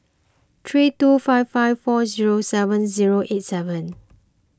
three two five five four zero seven zero eight seven